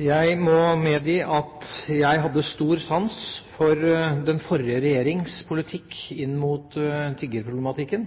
Jeg må medgi at jeg hadde stor sans for den forrige regjeringas politikk når det gjaldt tiggerproblematikken,